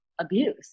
abuse